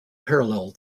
parallel